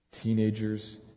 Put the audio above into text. teenagers